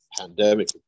pandemic